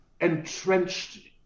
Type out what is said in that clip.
entrenched